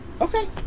Okay